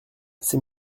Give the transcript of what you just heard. c’est